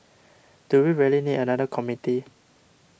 do we really need another committee